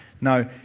No